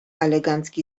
elegancki